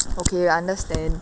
okay understand